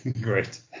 Great